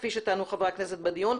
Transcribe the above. כפי שטענו חברי הכנסת בדיון,